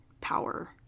power